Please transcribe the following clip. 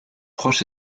proche